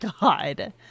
god